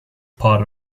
part